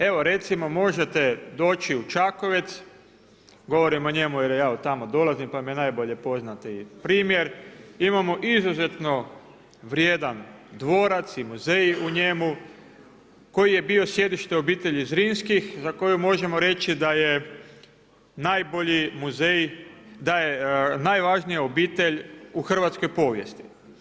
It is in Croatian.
Evo recimo možete doći u Čakovec, govorim o njemu jer ja od tamo dolazim pa mi je najbolje poznati primjer, imamo izuzetno vrijedan dvorac i muzej u njemu koji je bio sjedište obitelji Zrinskih za koju možemo reći da je najvažnija obitelj u hrvatskoj povijesti.